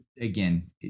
Again